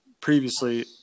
previously